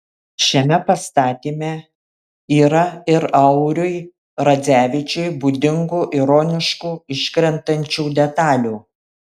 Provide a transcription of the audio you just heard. šiame pastatyme yra ir auriui radzevičiui būdingų ironiškų iškrentančių detalių